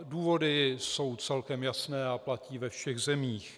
Důvody jsou celkem jasné a platí ve všech zemích.